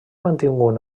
mantingut